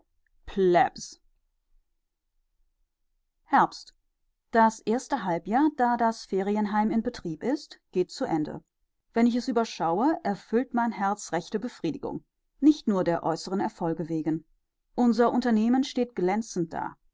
das erste halbjahr da das ferienheim in betrieb ist geht zu ende wenn ich es überschaue erfüllt mein herz rechte befriedigung nicht nur der äußeren erfolge wegen unser unternehmen steht glänzend da